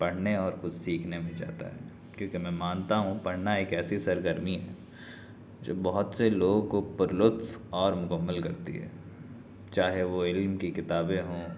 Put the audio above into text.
پڑھنے اور کچھ سیکھنے میں جاتا ہے کیوں کہ میں مانتا ہوں پڑھنا ایک ایسی سرگرمی ہے جو بہت سے لوگوں کو پر لطف اور مکمل کرتی ہے چاہے وہ علم کی کتابیں ہوں